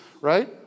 right